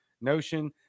notion